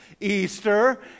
Easter